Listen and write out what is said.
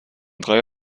drei